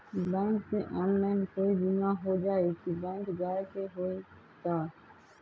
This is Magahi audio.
बैंक से ऑनलाइन कोई बिमा हो जाई कि बैंक जाए के होई त?